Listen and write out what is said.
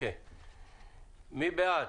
מי בעד